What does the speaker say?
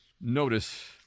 notice